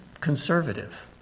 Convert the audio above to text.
conservative